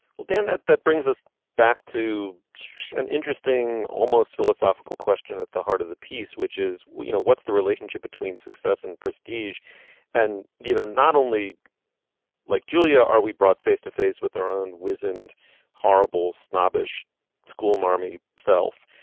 well damn that that brings us back to an interesting almost philosophical question at the heart of the piece which is you know what's the relationship between success and prestige and do you know not only like julia. are we brought face to face with our own wizened horrible snobbish schoolmarm self.